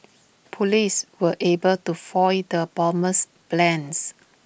Police were able to foil the bomber's plans